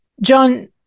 John